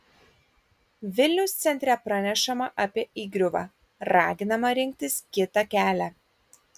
vilniaus centre pranešama apie įgriuvą raginama rinktis kitą kelią